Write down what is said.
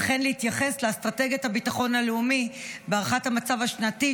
וכן להתייחס לאסטרטגיית הביטחון הלאומי בהערכת המצב השנתית,